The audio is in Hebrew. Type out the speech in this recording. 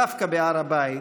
דווקא בהר הבית,